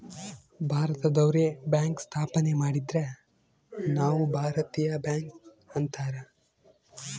ಭಾರತದವ್ರೆ bank ಸ್ಥಾಪನೆ ಮಾಡಿದ್ರ ಅವು ಭಾರತೀಯ ಬ್ಯಾಂಕ್ ಅಂತಾರ